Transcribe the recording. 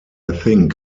think